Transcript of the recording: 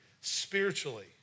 spiritually